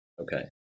okay